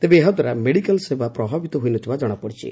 ତେବେ ଏହାଦ୍ୱାରା ମେଡିକାଲ୍ ସେବା ପ୍ରଭାବିତ ହୋଇ ନ ଥିବା ଜଶାପଡ଼ିଛି